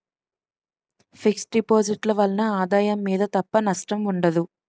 fix deposit ల వలన ఆదాయం మీద తప్ప నష్టం ఉండదు